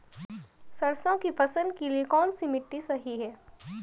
सरसों की फसल के लिए कौनसी मिट्टी सही हैं?